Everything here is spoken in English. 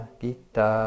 gita